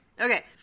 Okay